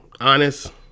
Honest